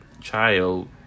child